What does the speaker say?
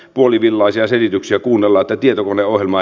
l puolivillaisia selityksiä kuunnella tietokoneohjelma